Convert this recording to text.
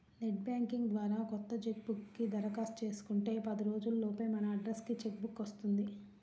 net banking ద్వారా కొత్త cheque book కి దరఖాస్తు చేసుకుంటే పది రోజుల లోపే మన అడ్రస్ కి చెక్ బుక్ వస్తుంది